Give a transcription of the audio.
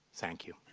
thank you